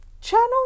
Channel